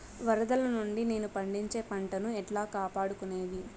వరదలు నుండి నేను పండించే పంట ను ఎట్లా కాపాడుకునేది?